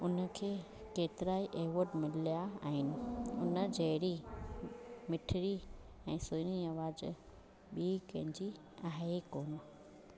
हुनखे केतिरा ई एवॉड मिल्या आहिनि हुन जहिड़ी मिठिड़ी ऐं सुहिणी आवाज़ बि कंहिंजी आहे ई कोन